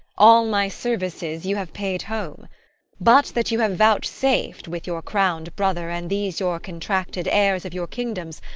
all my services you have paid home but that you have vouchsaf'd, with your crown'd brother and these your contracted heirs of your kingdoms,